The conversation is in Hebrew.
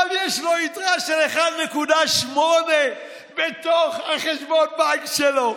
אבל יש לו יתרה של 1.8 מיליון בתוך חשבון הבנק שלו.